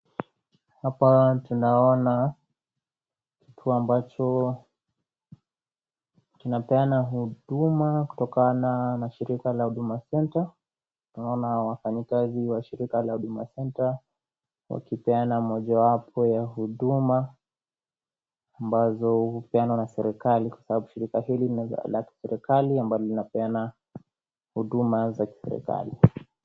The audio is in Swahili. Hapa tunaona kituo ambacho kinapeana huduma kutokana na shirika la Huduma Center. Tunaona wafanyakazi wa shirika la Huduma Center, wakipeana mojawapo ya huduma, ambazo hupeanwa na serikari kwa sababu shirika hili ni la kiserikari ambalo linapeana huduma za kiserikari.